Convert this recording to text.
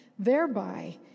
thereby